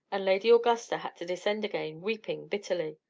and lady augusta had to descend again, weeping bitterly.